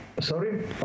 sorry